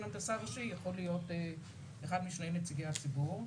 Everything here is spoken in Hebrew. הנדסה ראשי יכול להיות אחד משני נציגי הציבור.